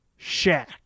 Shaq